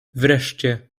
wreszcie